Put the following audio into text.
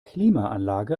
klimaanlage